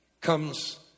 comes